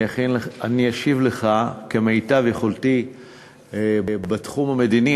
אני אשיב לך כמיטב יכולתי בתחום המדיני,